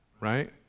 right